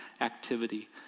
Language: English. activity